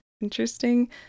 interesting